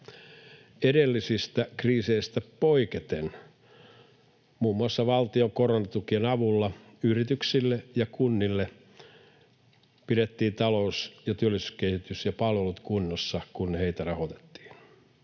Edellisistä kriiseistä poiketen muun muassa valtion koronatukien avulla yrityksille ja kunnille pidettiin talous- ja työllisyyskehitys ja palvelut kunnossa, kun heitä rahoitettiin.